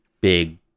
big